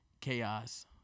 chaos